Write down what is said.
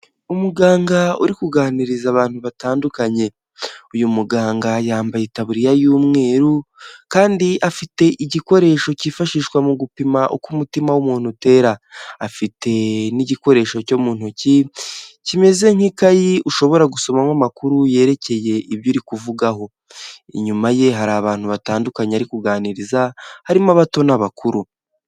Umuganga uri kuganiriza abantu batandukanye, uyu muganga yambaye itabuririya y'umweru kandi afite igikoresho cyifashishwa mu gupima uko umutima w'umuntu utera, afite n'igikoresho cyo mu ntoki kimeze nk'ikayi ushobora gusomamo amakuru yerekeye ibyo uri kuvugaho, inyuma ye hari abantu batandukanye ari kuganiriza harimo abato n'abakuru.